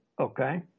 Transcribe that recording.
Okay